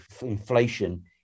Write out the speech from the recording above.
inflation